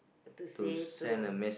to say to